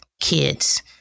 kids